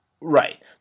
Right